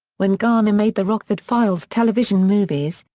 when garner made the rockford files television movies,